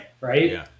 Right